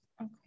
okay